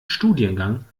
studiengang